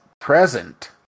present